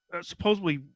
supposedly